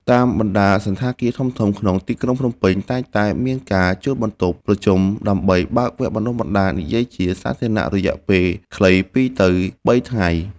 តាមបណ្ដាសណ្ឋាគារធំៗក្នុងទីក្រុងភ្នំពេញ តែងតែមានការជួលបន្ទប់ប្រជុំដើម្បីបើកវគ្គបណ្ដុះបណ្ដាលនិយាយជាសាធារណៈរយៈពេលខ្លី ២ ទៅ ៣ ថ្ងៃ។